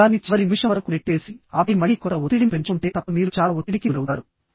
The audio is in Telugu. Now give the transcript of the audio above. మీరు దానిని చివరి నిమిషం వరకు నెట్టివేసి ఆపై మళ్లీ కొంత ఒత్తిడిని పెంచుకుంటే తప్ప మీరు చాలా ఒత్తిడికి గురవుతారు